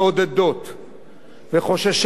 וחוששני, ויש סימנים לכך,